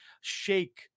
Shake